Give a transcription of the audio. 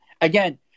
again